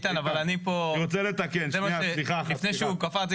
איתן, אבל אני פה, לפני שהוא קפץ רציתי